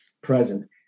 present